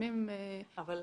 שמתפרסמים -- את